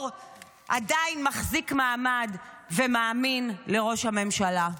עדיין מחזיק מעמד ומאמין לראש הממשלה.